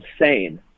insane